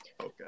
Okay